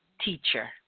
teacher